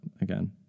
again